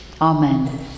Amen